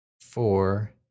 four